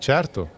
Certo